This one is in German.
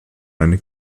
eine